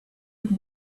but